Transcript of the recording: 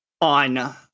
on